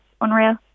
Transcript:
unreal